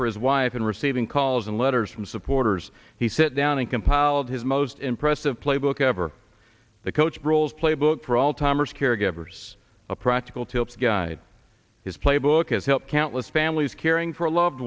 for his wife and receiving calls and letters from supporters he sat down and compiled his most impressive playbook ever the coach rules playbook for all timers caregivers a practical tips guide his playbook as help countless families caring for a loved